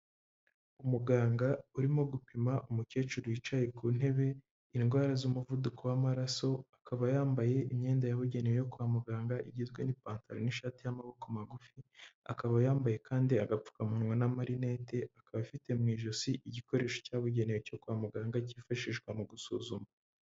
Umuganga urimo gupima umukecuru yicaye ku ntebe indwara z'umuvuduko w'amaraso, akaba yambaye imyenda yabugenewe kwa muganga igizwe n'ipantaro n'ishati y'amaboko magufi, akaba yambaye kandi agapfukamunwa n'amarinete, akaba afite mu ijosi igikoresho cyabugenewe cyo kwa muganga cyifashishwa mu gusuzuma.